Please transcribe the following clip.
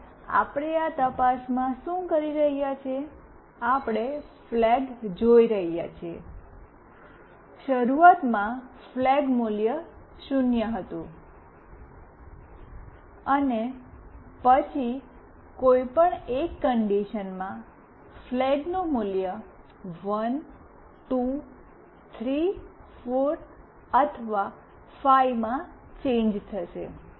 અને આપણે આ તપાસમાં શું કરી રહ્યા છીએ આપણે ફ્લેગ જોઈ રહ્યા છીએ શરૂઆત માં ફ્લેગ મૂલ્ય 0 હતું અને પછી કોઈ પણ એક કન્ડિશન્સ માં ફ્લેગનું મૂલ્ય 1 2 3 4 અથવા 5 માં ચેન્જ થશે